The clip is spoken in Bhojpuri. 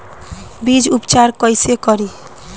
बीज उपचार कईसे करी?